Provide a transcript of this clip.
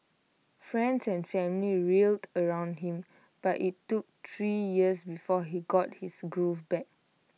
friends and family rallied around him but IT took three years before he got his groove back